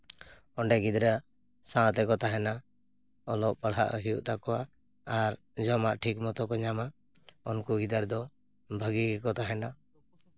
ᱚᱸᱰᱮ ᱜᱤᱫᱽᱨᱟᱹ ᱥᱟᱶ ᱛᱮᱠᱚ ᱛᱟᱦᱮᱱᱟ ᱚᱞᱚᱜ ᱯᱟᱲᱦᱟᱜ ᱦᱩᱭᱩᱜ ᱛᱟᱠᱚᱣᱟ ᱟᱨ ᱡᱚᱢᱟᱜ ᱴᱷᱤᱠ ᱢᱚᱛᱚ ᱠᱚ ᱧᱟᱢᱟ ᱩᱱᱠᱩ ᱜᱤᱫᱟᱹᱨ ᱫᱚ ᱵᱷᱟᱜᱮ ᱜᱮᱠᱚ ᱛᱟᱦᱮᱱᱟ